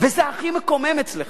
וזה הכי מקומם אצלך: